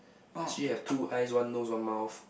does she have two eyes one nose one mouth